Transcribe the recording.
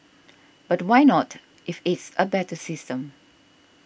but why not if it's a better system